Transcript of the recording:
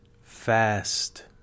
fast